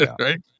Right